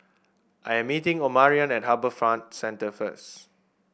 I am meeting Omarion at HarbourFront Centre first